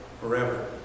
forever